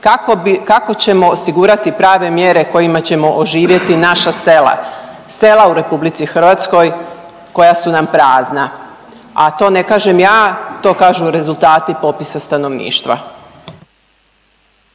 kako ćemo osigurati prave mjere kojima ćemo oživjeti naša sela, sela u RH koja su nam prazna, a to ne kažem ja, to kažu rezultati popisa stanovništva.